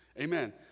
Amen